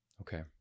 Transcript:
Okay